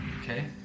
okay